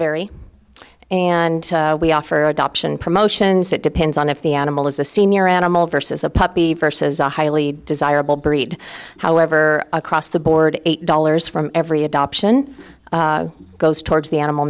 vary and we offer adoption promotions that depends on if the animal is a senior animal versus a puppy versus a highly desirable breed however across the board eight dollars from every adoption goes towards the animal